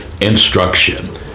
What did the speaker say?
instruction